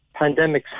pandemics